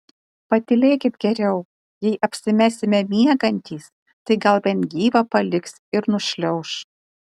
patylėkit geriau jei apsimesime miegantys tai gal bent gyvą paliks ir nušliauš